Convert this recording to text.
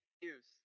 use